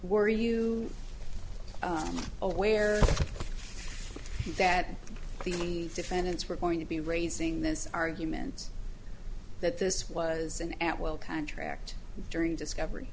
were you aware that means defendants were going to be raising those arguments that this was an at will contract during discovery